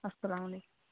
السلامُ علَے